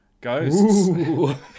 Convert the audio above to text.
Ghosts